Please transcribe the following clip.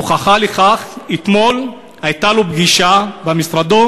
הוכחה לכך: אתמול הייתה לו פגישה במשרדו